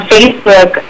Facebook